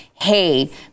hey